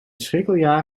schrikkeljaar